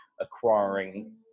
acquiring